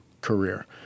career